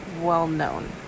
well-known